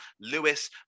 Lewis